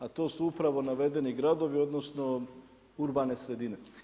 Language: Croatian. A to su upravo navedeni gradovi, odnosno, urbane sredine.